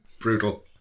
Brutal